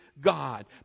God